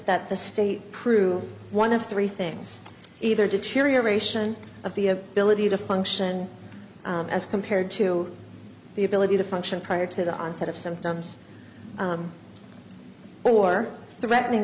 that the state proved one of three things either deterioration of the ability to function as compared to the ability to function prior to the onset of symptoms or threatening